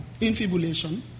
infibulation